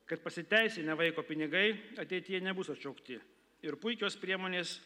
kad pasiteisinę vaiko pinigai ateityje nebus atšaukti ir puikios priemonės